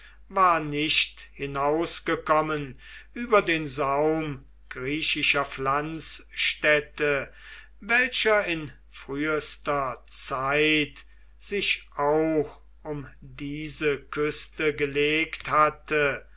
war nicht hinausgekommen über den saum griechischer pflanzstädte welcher in frühester zeit sich auch um diese küste gelegt hatte